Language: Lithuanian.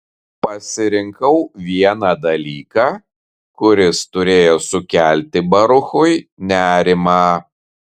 pasirinkau vieną dalyką kuris turėjo sukelti baruchui nerimą